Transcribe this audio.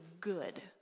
good